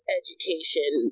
education